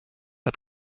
att